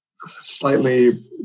slightly